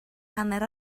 hanner